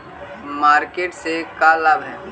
Market से का लाभ है?